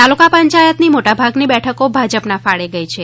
તાલુકા પંચાયતની મોટાભાગની બેઠકો ભાજપના ફાળે ગઇ છે